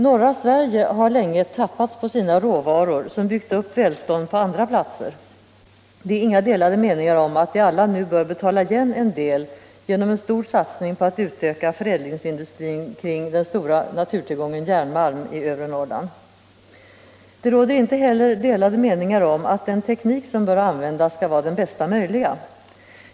Norra Sverige har länge tappats på sina råvaror, som har byggt upp välståndet på andra platser. Det råder inga delade meningar om att vi alla nu bör betala igen en del av detta genom en stor satsning på att utöka förädlingsindustrin kring den stora naturtillgången järnmalm i övre Norrland. Det råder inte heller några delade meningar om att den teknik som bör användas skall vara den bästa möjliga.